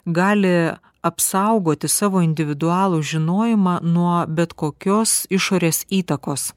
gali apsaugoti savo individualų žinojimą nuo bet kokios išorės įtakos